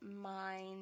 mind